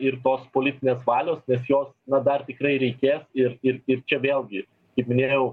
ir tos politinės valios nes jos na dar tikrai reikės ir ir ir čia vėlgi kaip minėjau